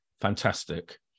fantastic